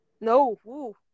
No